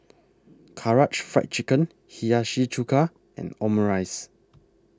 Karaage Fried Chicken Hiyashi Chuka and Omurice